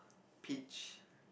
peach